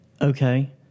Okay